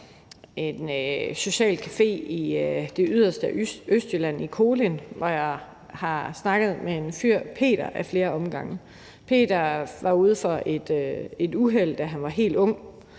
en social café i det yderste af Østjylland, i Kolind, hvor jeg ad flere omgange snakkede med en fyr, der hedder Peter. Peter var ude for et uheld, da han var helt ung,